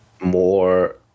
more